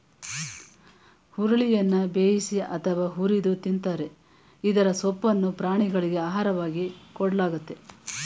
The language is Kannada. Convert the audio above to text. ಹುರುಳಿಯನ್ನ ಬೇಯಿಸಿ ಅಥವಾ ಹುರಿದು ತಿಂತರೆ ಇದರ ಸೊಪ್ಪನ್ನು ಪ್ರಾಣಿಗಳಿಗೆ ಆಹಾರವಾಗಿ ಕೊಡಲಾಗ್ತದೆ